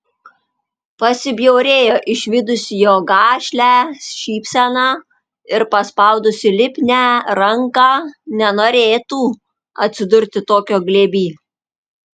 pasibjaurėjo išvydusi jo gašlią šypseną ir paspaudusi lipnią ranką nenorėtų atsidurti tokio glėby